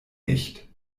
nicht